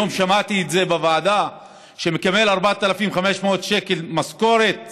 והיום שמעתי את זה בוועדה, מקבל 4,500 שקל משכורת